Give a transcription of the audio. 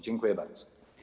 Dziękuję bardzo.